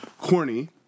Corny